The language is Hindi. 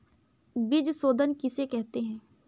बीज शोधन किसे कहते हैं?